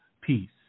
Peace